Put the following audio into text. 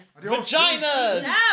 Vaginas